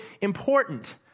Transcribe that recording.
important